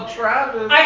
Travis